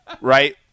right